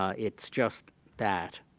ah it's just that